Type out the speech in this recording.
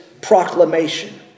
proclamation